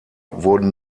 wurden